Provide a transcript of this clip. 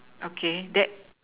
okay that